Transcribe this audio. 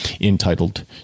entitled